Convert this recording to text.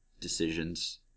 decisions